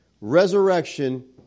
resurrection